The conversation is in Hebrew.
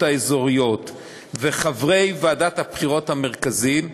האזוריות וחברי ועדת הבחירות המרכזית,